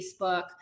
Facebook